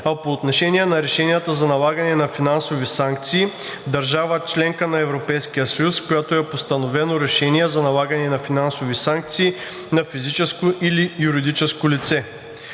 а по отношение на решенията за налагане на финансови санкции – държава – членка на Европейския съюз, в която е постановено решение за налагане на финансови санкции на физическо или юридическо лице.